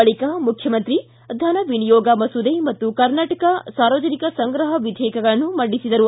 ಬಳಿಕ ಮುಖ್ಯಮಂತ್ರಿ ಧನವಿಯೋಗ ಮಸೂದೆ ಹಾಗೂ ಕರ್ನಾಟಕ ಸಾರ್ವಜನಿಕ ಸಂಗ್ರಹ ವಿಧೇಯಕಗಳನ್ನು ಮಂಡಿಸಿದರು